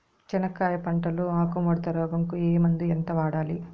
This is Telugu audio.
చెనక్కాయ పంట లో ఆకు ముడత రోగం కు ఏ మందు ఎంత వాడాలి?